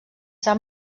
sap